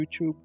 YouTube